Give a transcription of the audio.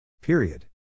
Period